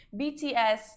BTS